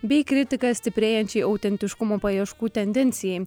bei kritiką stiprėjančiai autentiškumo paieškų tendencijai